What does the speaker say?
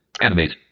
animate